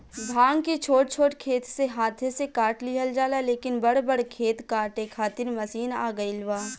भांग के छोट छोट खेत के हाथे से काट लिहल जाला, लेकिन बड़ बड़ खेत काटे खातिर मशीन आ गईल बा